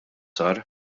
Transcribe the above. sar